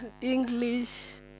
English